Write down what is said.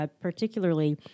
particularly